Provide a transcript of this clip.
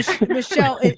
Michelle